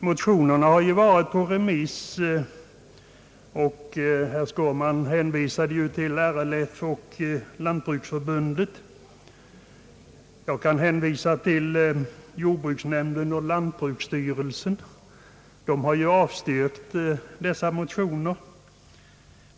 Motionerna har varit på remiss, och herr Skårman hänvisade till RLF och Lantbruksförbundet. Jag kan hänvisa till jordbruksnämnden och lantbruksstyrelsen, vilka avstyrkt motionerna.